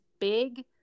big